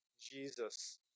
Jesus